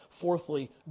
fourthly